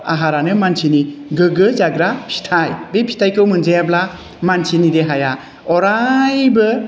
आहारआनो मानसिनि गोग्गो जाग्रा फिथाइ बे फिथाइखौ मोनजायाब्ला मानसिनि देहाया अरायबो